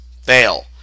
fail